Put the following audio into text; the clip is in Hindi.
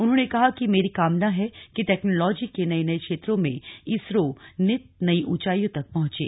उन्होंने कहा कि मेरी कामना है कि टेक्नॉलॉजी के नए नए क्षेत्रों में इसरो नित नई ऊंचाइयों तक पहुंचे